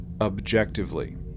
objectively